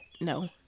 no